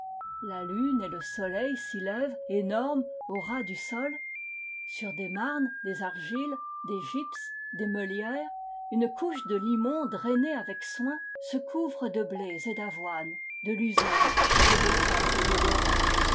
la lune et le soleil s'y lèvent énormes au ras du sol sur des marnes des argiles des gypses des meulières une couche de limon drainée avec soin se couvre de blés et d'avoines de luzernes et de trèfles